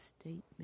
statement